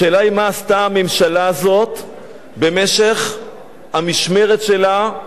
השאלה היא מה עשתה הממשלה הזאת במשמרת שלה,